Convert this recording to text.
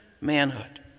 manhood